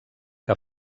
que